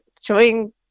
showing